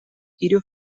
hiru